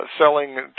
selling